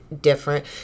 different